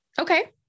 Okay